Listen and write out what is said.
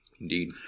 Indeed